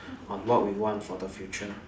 on what we want for the future